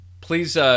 please